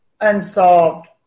Unsolved